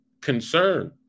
concern